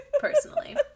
Personally